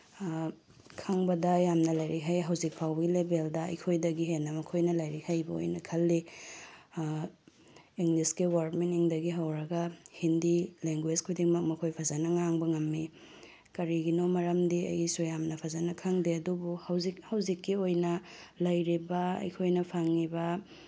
ꯈꯪꯕꯗ ꯌꯥꯝꯅ ꯂꯥꯏꯔꯤꯛ ꯍꯩ ꯍꯧꯖꯤꯛꯐꯥꯎꯒꯤ ꯂꯦꯕꯦꯜꯗ ꯑꯩꯈꯣꯏꯗꯒꯤ ꯍꯦꯟꯅ ꯃꯈꯣꯏꯅ ꯂꯥꯏꯔꯤꯛ ꯍꯩꯕ ꯑꯣꯏꯅ ꯈꯜꯂꯤ ꯏꯪꯂꯤꯁꯀꯤ ꯋꯥꯔꯠ ꯃꯤꯅꯤꯡꯗꯒꯤ ꯍꯧꯔꯒ ꯍꯤꯟꯗꯤ ꯂꯦꯡꯒ꯭ꯋꯦꯁ ꯈꯨꯗꯤꯡꯃꯛ ꯃꯈꯣꯏ ꯐꯖꯅ ꯉꯥꯡꯕ ꯉꯝꯃꯤ ꯀꯔꯤꯒꯤꯅꯣ ꯃꯔꯝꯗꯤ ꯑꯩꯒꯤꯁꯨ ꯌꯥꯝꯅ ꯐꯖꯅ ꯈꯪꯗꯦ ꯑꯗꯨꯕꯨ ꯍꯧꯖꯤꯛ ꯍꯧꯖꯤꯛꯀꯤ ꯑꯣꯏꯅ ꯂꯩꯔꯤꯕ ꯑꯩꯈꯣꯏꯅ ꯐꯪꯉꯤꯕ